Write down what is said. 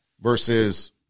versus